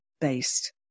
based